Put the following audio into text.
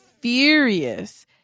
furious